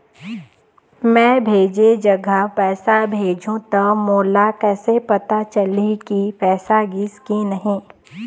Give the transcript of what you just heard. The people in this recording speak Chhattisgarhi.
मैं भेजे जगह पैसा भेजहूं त मोला कैसे पता चलही की पैसा गिस कि नहीं?